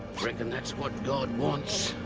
reckon that's what god wants.